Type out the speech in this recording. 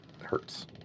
hurts